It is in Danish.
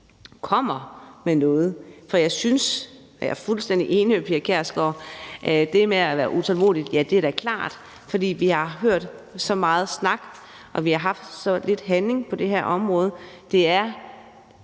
kommer med noget. Jeg er fuldstændig enig med fru Pia Kjærsgaard om det med at være utålmodig. Ja, det er da klart, at vi er det, for vi har hørt så meget snak, og vi har haft så lidt handling på det her område. Under